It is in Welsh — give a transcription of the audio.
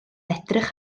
edrych